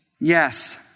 Yes